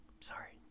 Sorry